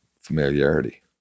familiarity